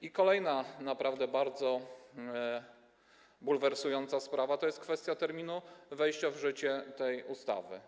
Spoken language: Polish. I kolejna naprawdę bardzo bulwersująca sprawa, czyli kwestia terminu wejścia w życie tej ustawy.